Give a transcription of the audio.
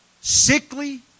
sickly